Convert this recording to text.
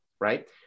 Right